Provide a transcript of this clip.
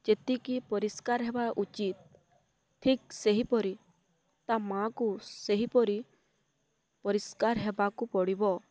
ଯେତିକି ପରିଷ୍କାର ହେବା ଉଚିତ ଠିକ୍ ସେହିପରି ତା' ମା'କୁ ସେହିପରି ପରିଷ୍କାର ହେବାକୁ ପଡ଼ିବ